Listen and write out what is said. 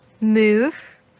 move